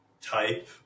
type